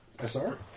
SR